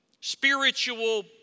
spiritual